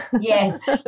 Yes